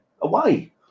Away